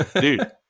dude